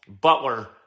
Butler